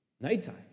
nighttime